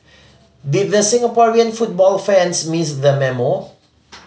did the Singaporean football fans miss the memo